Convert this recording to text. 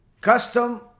custom